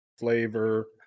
Flavor